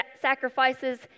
sacrifices